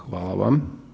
Hvala vam.